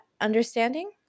understanding